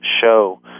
show